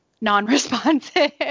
non-responsive